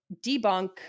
debunk